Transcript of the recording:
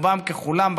רובם ככולם בכפרים,